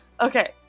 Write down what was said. Okay